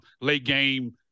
late-game